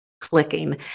clicking